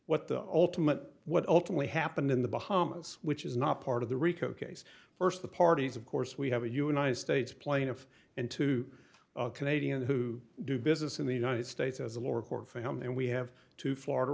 what the ultimate what ultimately happened in the bahamas which is not part of the rico case first the parties of course we have a united states plaintiff and two canadian who do business in the united states as a lower court for him and we have two florida